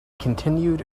continued